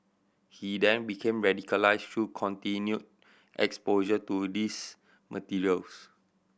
he then became radicalise through continue exposure to these materials